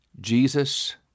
Jesus